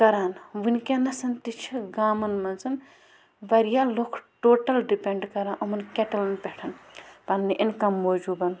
کَران وٕنکٮ۪نَسَن تہِ چھِ گامَن منٛز واریاہ لُکھ ٹوٹَل ڈِپٮ۪نٛڈ کَران یِمَن کٮ۪ٹَلَن پٮ۪ٹھ پنٛنہِ اِنکَم موٗجوٗبَن